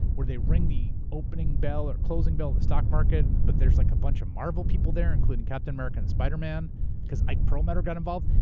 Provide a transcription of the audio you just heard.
where they ring opening bell or closing bell of the stock market and but there's like a bunch of marvel people there, including captain america and spiderman cause ike perlmutter got involved.